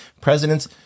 Presidents